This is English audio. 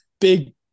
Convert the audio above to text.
big